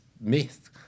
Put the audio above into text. myth